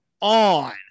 on